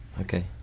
Okay